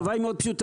התשובה מאוד פשוטה.